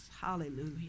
Hallelujah